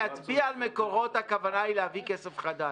להצביע על מקורות הכוונה היא להביא כסף חדש.